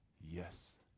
Yes